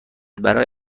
برای